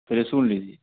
पहले सुन लीजिए